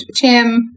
tim